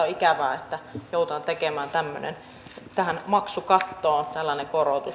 on ikävää että joudutaan tekemään tähän maksukattoon tällainen korotus